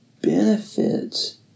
benefits